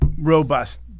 robust